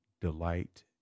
Delight